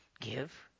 Give